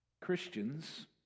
Christians